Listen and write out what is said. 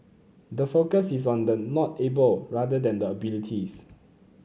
the focus is on the not able rather than the abilities